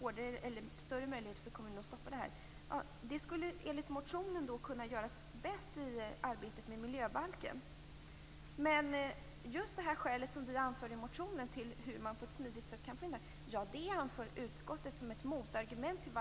kemiska produkter så att kommunerna får större möjligheter att ingripa i sådana här fall, säger utskottet att den frågan hör hemma inom arbetet med miljöbalken. Det vi säger i motionen om hur man på ett smidigt sätt skulle kunna få in den här möjligheten i lagtexten anför utskottet som ett motargument.